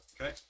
Okay